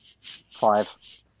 Five